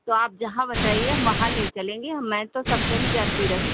तो आप जहाँ बताइए हम वहाँ ले चलेंगे हम मैं तो सब कही जाती रहती